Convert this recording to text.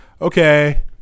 Okay